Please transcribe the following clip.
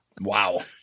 Wow